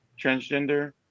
Transgender